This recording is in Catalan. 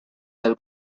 del